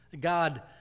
God